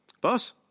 Boss